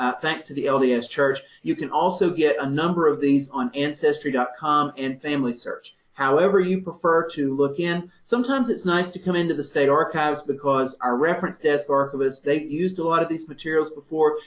ah thanks to the lds church. you can also get a number of these on ancestry dot com and familysearch, however you prefer to look in. sometimes it's nice to come into the state archives, because our reference desk archivists, they've used a lot of these materials before,